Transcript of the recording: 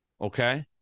Okay